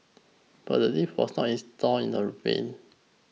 but the lift was not installed in the vain